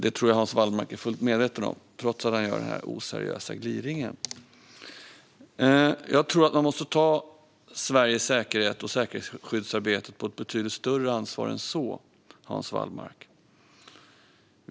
Jag tror att Hans Wallmark är fullt medveten om detta, trots att han kommer med den här oseriösa gliringen. Jag tror att man måste ta Sveriges säkerhet och säkerhetsskyddsarbetet på betydligt större allvar än så, Hans Wallmark.